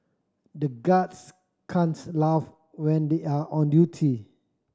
the guards can't laugh when they are on duty